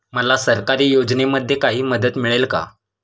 मला सरकारी योजनेमध्ये काही मदत मिळेल का?